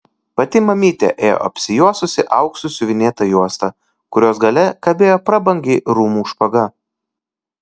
pati mamytė ėjo apsijuosusi auksu siuvinėta juosta kurios gale kabėjo prabangi rūmų špaga